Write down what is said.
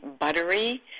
buttery